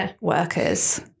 workers